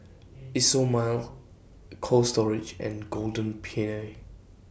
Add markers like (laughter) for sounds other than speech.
Isomil (noise) Cold Storage and Golden Peony